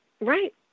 Right